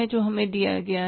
जो हमें दिया गया वह है